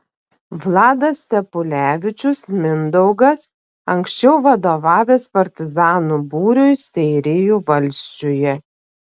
vladas stepulevičius mindaugas anksčiau vadovavęs partizanų būriui seirijų valsčiuje